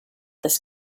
this